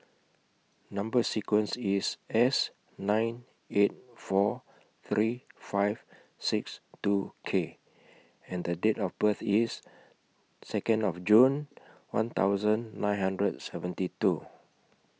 Number sequence IS S nine eight four three five six two K and Date of birth IS Second of June one thousand nine hundred and seventy two